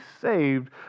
saved